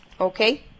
Okay